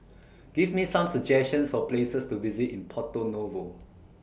Give Me Some suggestions For Places to visit in Porto Novo